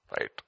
Right